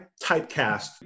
typecast